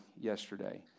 yesterday